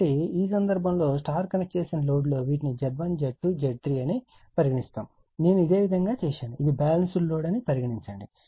కాబట్టి ఈ సందర్భంలో Y కనెక్ట్ చేసిన లోడ్ లో వీటిని Z1 Z2 Z3 అని పరిగణిస్తాము నేను ఇదే విధంగా చేశాను ఇది బ్యాలెన్స్డ్ లోడ్ అని పరిగణించండి